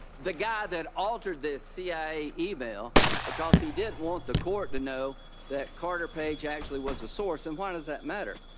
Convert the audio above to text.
the guy that altered this c i a. email because he didn't want the court to know that carter page actually was a source. and what does that matter?